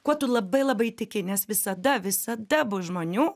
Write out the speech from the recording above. kuo tu labai labai tiki nes visada visada bus žmonių